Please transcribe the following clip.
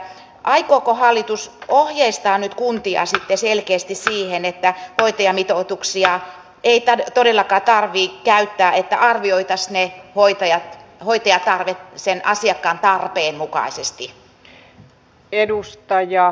aikooko hallitus ohjeistaa kuntia nyt sitten selkeästi siihen että hoitajamitoituksia ei todellakaan tarvitse käyttää ja että arvioitaisiin se hoitajatarve sen asiakkaan tarpeen mukaisesti